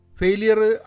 failure